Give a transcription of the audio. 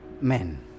men